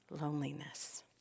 loneliness